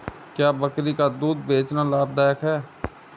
क्या बकरी का दूध बेचना लाभदायक है?